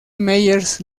myers